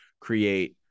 create